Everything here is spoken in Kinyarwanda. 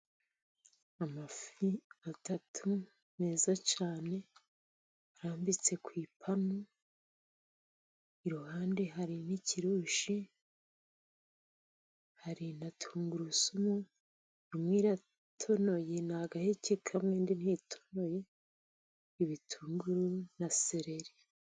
Amafi atatu meza cyane arambitse ku ipanu, iruhande hari n'ikirushi, hari na tungurusumu imwe iratonoye ni agaheke kamwe ntitonoye, ibitunguru na sereri.